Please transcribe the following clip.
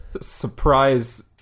surprise